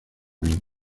lui